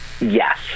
Yes